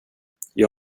jag